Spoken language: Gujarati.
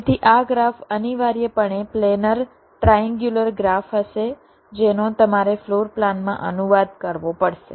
તેથી આ ગ્રાફ અનિવાર્યપણે પ્લેનર ટ્રાએન્ગ્યુલર ગ્રાફ હશે જેનો તમારે ફ્લોર પ્લાનમાં અનુવાદ કરવો પડશે